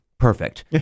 perfect